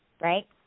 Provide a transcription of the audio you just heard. right